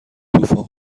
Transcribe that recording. طوفان